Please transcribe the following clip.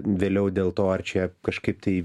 vėliau dėl to ar čia kažkaip tai